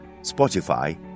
Spotify